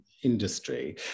industry